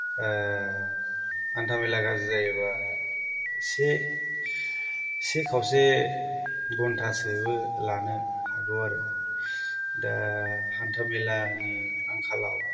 हान्थामेला गाज्रि जायोब्ला से से खावसे घन्टासोबो लानो हागौ आरो दा हान्थामेलानि आंखालाव